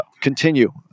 continue